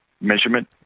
measurement